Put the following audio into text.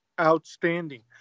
outstanding